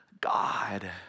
God